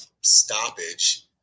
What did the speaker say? stoppage